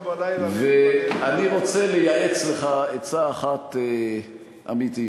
אני רוצה לייעץ לך עצה אחת אמיתית: